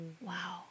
Wow